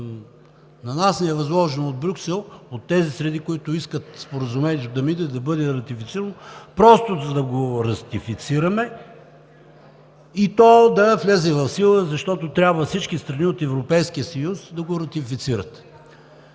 на нас ни е възложено от Брюксел, от тези среди, които искат Споразумението да мине, да бъде ратифицирано, просто да го ратифицираме и то да влезе в сила, защото трябва всички страни от Европейския съюз да го ратифицират.